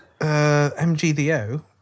MGDO